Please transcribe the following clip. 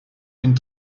une